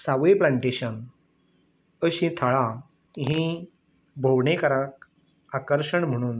सावय प्लांटेशन अशीं थळां हीं भोंवडेकारांक आकर्शन म्हणून